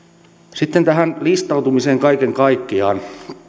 sitten tähän listautumiseen kaiken kaikkiaan